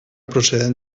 procedent